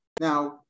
Now